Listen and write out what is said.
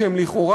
שהם לכאורה,